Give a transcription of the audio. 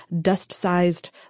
dust-sized